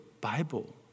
Bible